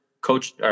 coach